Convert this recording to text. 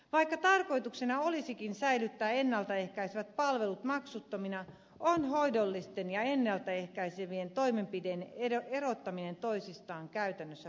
vaikka tarkoituksena olisikin säilyttää ennalta ehkäisevät palvelut maksuttomina on hoidollisten ja ennalta ehkäisevien toimenpiteiden erottaminen toisistaan käytännössä mahdotonta